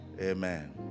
Amen